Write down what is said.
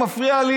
מפריע לי,